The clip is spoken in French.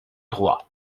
droit